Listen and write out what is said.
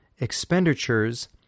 expenditures